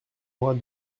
moi